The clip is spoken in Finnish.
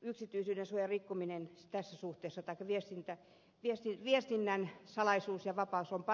yksityisyyden suoja rikkominen sekä suhteessa päteviä muissa maissa viestinnän salaisuus ja vapaus on